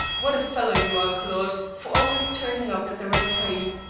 what a fellow you are, claude, for always turning up at the right time.